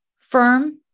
firm